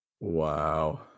Wow